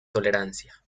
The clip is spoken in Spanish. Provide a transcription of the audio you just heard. tolerancia